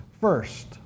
first